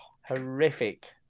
horrific